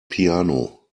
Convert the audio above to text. piano